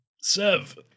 Sev